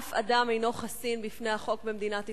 אף אדם אינו חסין בפני החוק במדינת ישראל,